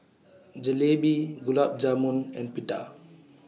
Jalebi Gulab Jamun and Pita